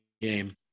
game